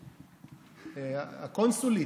הקונסולית,